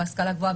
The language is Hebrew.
בהשכלה הגבוהה,